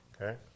okay